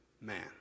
Man